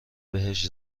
بهش